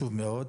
מאוד.